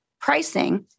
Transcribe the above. pricing